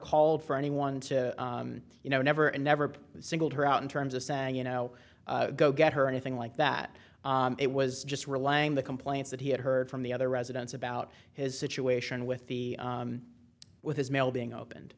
called for anyone to you know never and never singled her out in terms of saying you know go get her anything like that it was just relaying the complaints that he had heard from the other residents about his situation with the with his mail being opened